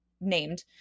named